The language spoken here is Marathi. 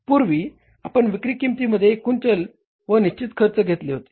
पूर्वी आपण विक्री किंमतीमध्ये एकूण चल व निश्चित खर्च घेतले होते